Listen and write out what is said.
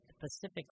Pacific